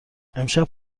امشب